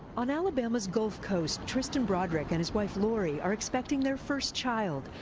on alabama's gulf coast tristan broderick and his wife laurie are expecting their first child.